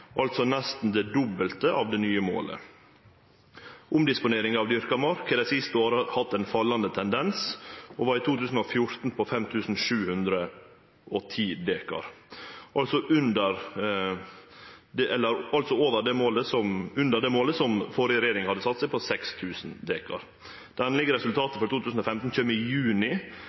altså nesten det dobbelte av det nye målet. Omdisponeringa av dyrka mark har dei siste åra vist ein fallande tendens, og var i 2014 på 5 710 dekar, altså under det målet som den førre regjeringa hadde sett, på 6 000 dekar. Det endelege resultatet for 2015 kjem i juni,